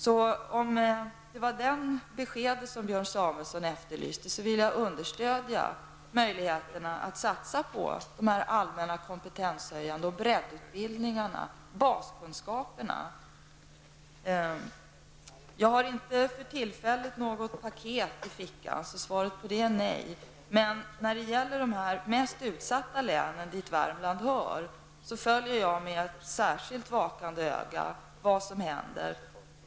Om det var det beskedet som Björn Samuelson efterlyste, vill jag säga att jag understödjer möjligheten att satsa på allmänna kompetenshöjande utbildningar och breddutbildningar, baskunskaperna. Jag har inte för tillfället något paket i fickan, så svaret på den frågan är nej. När det gäller de mest utsatta länen, dit som sagt Värmland hör, följer jag med särskilt vakande öga vad som händer.